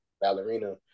ballerina